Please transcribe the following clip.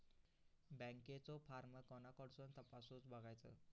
बँकेचो फार्म कोणाकडसून तपासूच बगायचा?